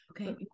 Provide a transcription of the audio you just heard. Okay